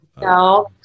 No